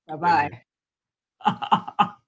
Bye-bye